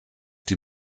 die